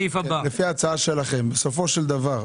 לפי ההצעה שלכם, בסופו של דבר,